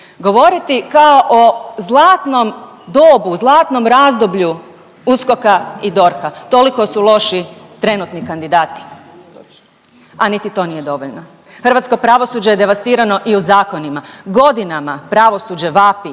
govoriti kao o zlatnom dobu, zlatnom razdoblju USKOK-a i DORH-a, toliko su loši trenutni kandidati, a niti to nije dovoljno, hrvatsko pravosuđe je devastirano i u zakonima, godinama pravosuđe vapi